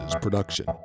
production